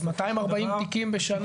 אז 240 תיקים בשנה,